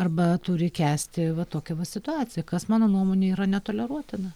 arba turi kęsti va tokią va situaciją kas mano nuomone yra netoleruotina